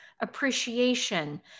Appreciation